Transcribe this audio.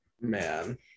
Man